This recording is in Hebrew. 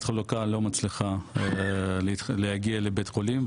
החלוקה לא מצליחה להגיע לבית החולים,